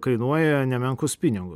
kainuoja nemenkus pinigus